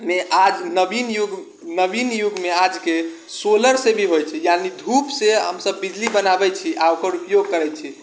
ने आज नवीन युग नवीन युगमे आजके सोलरसँ भी होइ छै यानी धूपसँ हमसब बिजली बनाबै छी आओर ओकर उपयोग करै छी